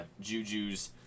Juju's